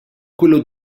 quello